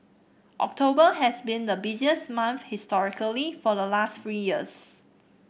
October has been the busiest month historically for the last three years